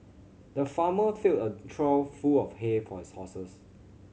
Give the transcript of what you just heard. the farmer filled a trough full of hay for his horses